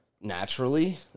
naturally